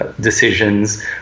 decisions